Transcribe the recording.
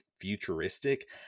futuristic